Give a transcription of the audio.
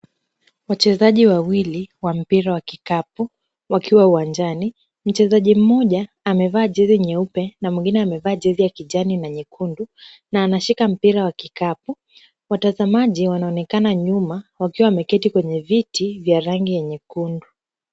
Wachezaji wawili wa mpira wa kikapu wakiwa uwanjani. Mchezaji mmoja amevaa jezi nyeupe na mwingine amevaa jezi ya kijani na nyekundu na anashika mpira wa kikapu. Watazamaji wanaonekana nyuma wakiwa wameketi kwenye viti vya rangi ya nyekundu.